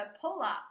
pull-up